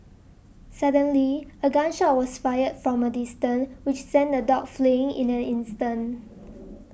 suddenly a gun shot was fired from a distance which sent the dogs fleeing in an instant